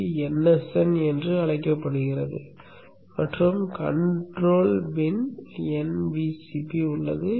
இது nsn என்று அழைக்கப்படுகிறது மற்றும் கண்ட்ரோல் பின் nVcp உள்ளது